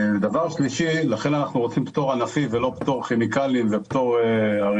לכן אנו רוצים פטור ענפי ולא כימיקלי או אריזות.